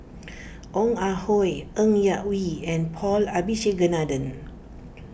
Ong Ah Hoi Ng Yak Whee and Paul Abisheganaden